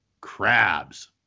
crabs